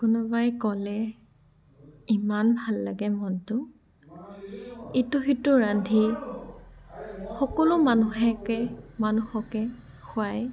কোনোবাই ক'লে ইমান ভাল লাগে মনটো ইটো সিটো ৰান্ধি সকলো মানুহকে মানুহকে খোৱাই